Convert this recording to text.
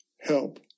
help